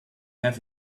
have